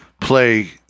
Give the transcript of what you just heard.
play